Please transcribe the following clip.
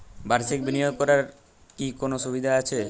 বাষির্ক বিনিয়োগ করার কি কোনো সুবিধা আছে?